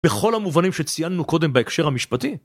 בכל המובנים שציינו קודם בהקשר המשפטי?